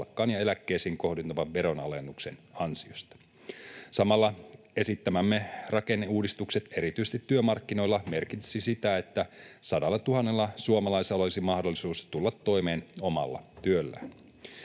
ja eläkkeisiin kohdentuvan ve-ronalennuksen ansiosta. Samalla esittämämme rakenneuudistukset erityisesti työmarkkinoilla merkitsisivät sitä, että 100 000 suomalaisella olisi mahdollisuus tulla toimeen omalla työllään.